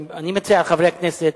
אני מציע לחברי הכנסת,